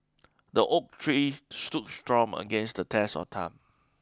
the oak tree stood strong against the test of time